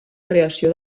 creació